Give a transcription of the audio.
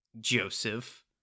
Joseph